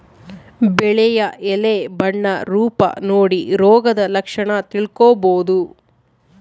ಬೆಳೆಯ ಎಲೆ ಬಣ್ಣ ರೂಪ ನೋಡಿ ರೋಗದ ಲಕ್ಷಣ ತಿಳ್ಕೋಬೋದು